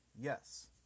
yes